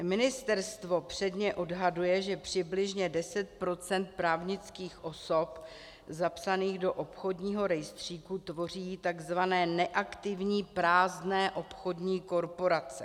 Ministerstvo předně odhaduje, že přibližně 10 % právnických osob zapsaných do obchodního rejstříku tvoří tzv. neaktivní prázdné obchodní korporace.